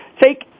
Take